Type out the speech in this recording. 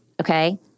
okay